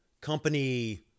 company